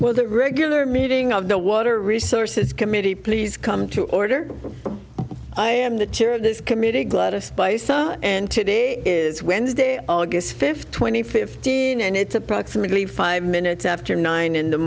well the regular meeting of the water resources committee please come to order i am the chair of this committee gladys and today is wednesday august fifth twenty fifteen and it's approximately five minutes after nine in the